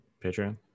Patreon